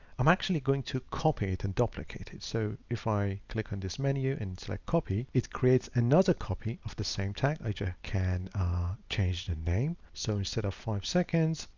i'm actually going to copy it and duplicate it. so if i click on this menu and select copy, it creates another copy of the same tag, i can change the name so instead of five seconds,